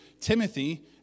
Timothy